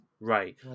Right